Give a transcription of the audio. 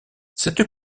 cette